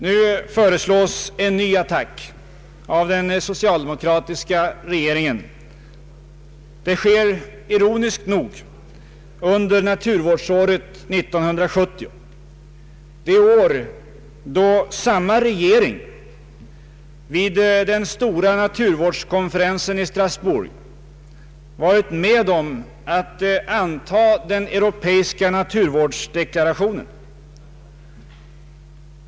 Nu föreslås en ny attack av den socialdemokratiska regeringen. Det sker ironiskt nog under naturvårdsåret 1970; det år då samma regering vid den stora naturvårdskonferensen i Strasbourg varit med om att anta den europeiska naturvårdsdeklarationen.